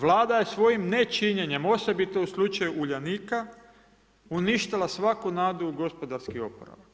Vlada je svojim nečinjenjem, osobito u slučaju Uljanika uništila svaku nadu u gospodarski oporavak.